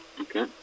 Okay